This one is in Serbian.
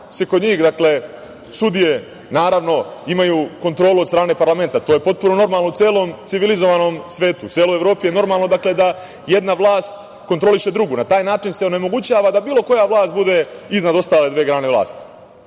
se kod njih, dakle, sudije, naravno, imaju kontrolu od strane parlamenta. To je potpuno normalno u celom civilizovanom svetu. U celoj Evropi je normalno, dakle, da jedna Vlast kontroliše drugu, na taj način se onemogućava da bilo koja vlast bude iznad ostale dve grane vlasti. Prema